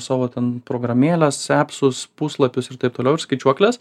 savo ten programėles epsus puslapius ir taip toliau ir skaičiuokles